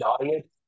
diet